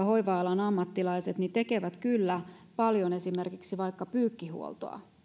hoiva alan ammattilaiset tekevät kyllä paljon esimerkiksi vaikka pyykkihuoltoa